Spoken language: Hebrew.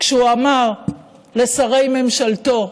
כשהוא אמר לשרי ממשלתו: